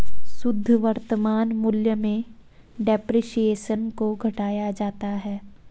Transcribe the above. शुद्ध वर्तमान मूल्य में डेप्रिसिएशन को घटाया जाता है